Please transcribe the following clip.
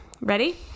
Ready